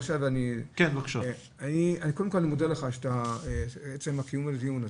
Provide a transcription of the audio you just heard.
קודם כל אני מודה לך על עצם קיום הדיון הזה.